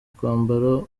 kwambara